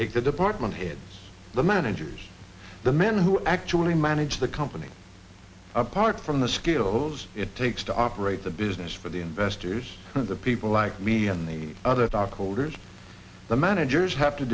take the department heads the managers the men who actually manage the company apart from the skills it takes to operate the business for the investors the people like me and the other doc olders the managers have to